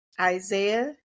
Isaiah